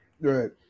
Right